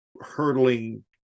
hurtling